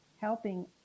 helping